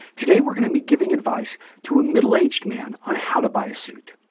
today, we're going to be giving advice to a middle-aged man on how to buy a suit.